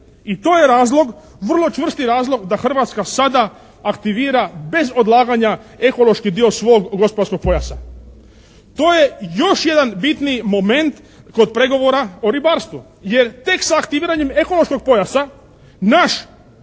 I to je razlog, vrlo čvrsti razlog da Hrvatska sada aktivira bez odlaganja ekološki dio svog gospodarskog pojasa. To je još jedan bitni moment kod pregovora o ribarstvu. Jer tek se aktiviranjem ekološkog pojasa naš